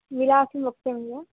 विलासं वक्तव्यं वा